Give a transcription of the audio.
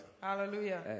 Hallelujah